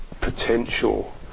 potential